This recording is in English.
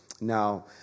Now